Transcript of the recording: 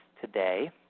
today